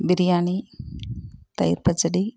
பிரியாணி தயிர் பச்சடி